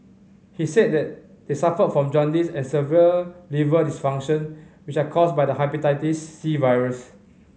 he said that they suffered from jaundice and severe liver dysfunction which are caused by the Hepatitis C virus